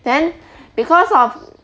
then because of